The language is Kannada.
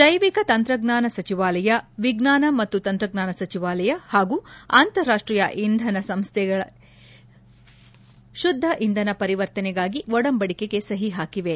ಜೈವಿಕ ತಂತ್ರಜ್ಞಾನ ಸಚಿವಾಲಯ ವಿಜ್ಞಾನ ಮತ್ತು ತಂತ್ರಜ್ಞಾನ ಸಚಿವಾಲಯ ಹಾಗೂ ಅಂತರಾಷ್ಷೀಯ ಇಂಧನ ಸಂಸ್ಥೆಗಳ ಶುದ್ದ ಇಂಧನ ಪರಿವರ್ತನೆಗಾಗಿ ಒಡಂಬಡಿಕೆಗೆ ಸಹಿ ಹಾಕಿವೆ